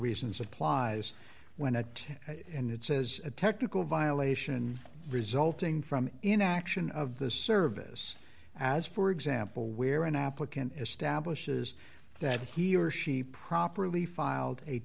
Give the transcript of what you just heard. reasons applies when attacked and it says a technical violation resulting from inaction of the service as for example where an applicant establishes that he or she properly filed a